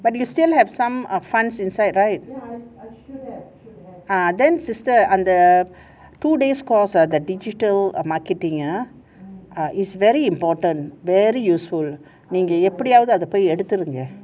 but you still have some err funds inside right ah then sister um the two days course ah the digital marketing ah ah is very important very useful நீங்க எப்டியாவது அத பொய் எடுத்துருங்க:neenga epdiyaavathu atha poi eduththurunga